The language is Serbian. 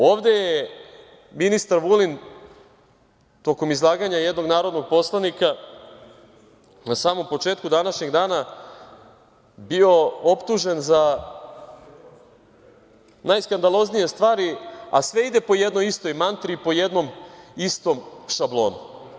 Ovde je ministar Vulin tokom izlaganja jednog narodnog poslanika na samom početku današnjeg dana bio optužen za najskandaloznije stvari, a sve ide po jednoj istoj mantri i po jednom istom šablonu.